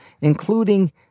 including